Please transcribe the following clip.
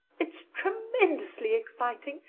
it's tremendously exciting.